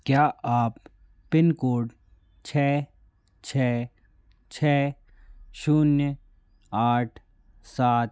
क्या आप pin code छः छः छः शून्य आठ सात